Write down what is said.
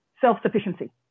self-sufficiency